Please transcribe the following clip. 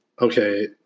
okay